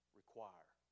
require